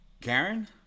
Karen